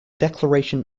declaration